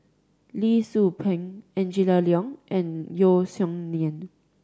Lee Tzu Pheng Angela Liong and Yeo Song Nian